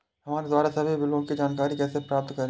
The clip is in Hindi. हमारे द्वारा सभी बिलों की जानकारी कैसे प्राप्त करें?